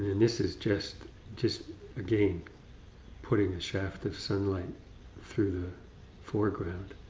and this is just just again putting a shaft of sunlight through the foreground,